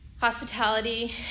Hospitality